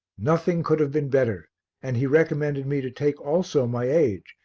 nothing could have been better and he recommended me to take also my age,